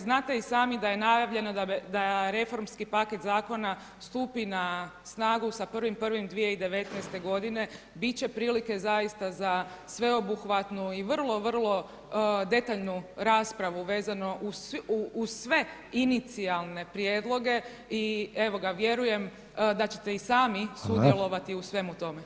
Znate i sami da je i najavljeno da reformski paket zakona stupi na snagu sa 1.1.2019. godine, bit će prilike zaista za sveobuhvatnu i vrlo, vrlo detaljnu raspravu vezano uz sve inicijalne prijedloge i evo ga, vjerujem da ćete i sami sudjelovati u svemu tome.